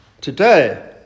today